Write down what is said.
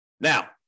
Now